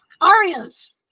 arias